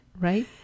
right